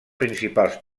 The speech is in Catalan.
principals